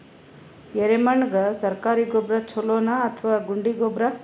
ಎರೆಮಣ್ ಗೆ ಸರ್ಕಾರಿ ಗೊಬ್ಬರ ಛೂಲೊ ನಾ ಅಥವಾ ಗುಂಡಿ ಗೊಬ್ಬರ?